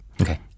Okay